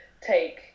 take